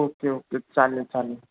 okay okay चालेल चालेल